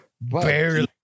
Barely